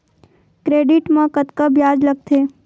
Credit मा कतका ब्याज लगथे?